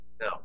Now